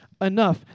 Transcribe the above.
enough